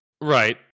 right